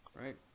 right